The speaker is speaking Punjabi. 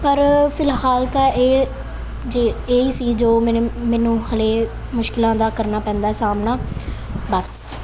ਪਰ ਫਿਲਹਾਲ ਤਾਂ ਇਹ ਜੇ ਇਹੀ ਸੀ ਜੋ ਮੇਰੇ ਮੈਨੂੰ ਹਾਲੇ ਮੁਸ਼ਕਿਲਾਂ ਦਾ ਕਰਨਾ ਪੈਂਦਾ ਸਾਹਮਣਾ ਬਸ